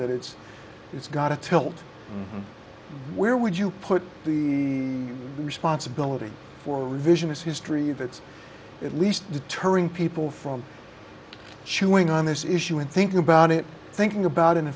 that it's it's got a tilt where would you put the responsibility for revisionist history that's at least deterring people from chewing on this issue and thinking about it thinking about in